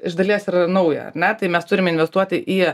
iš dalies ir nauja ar ne tai mes turim investuoti į